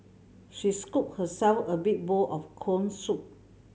she scooped herself a big bowl of corn soup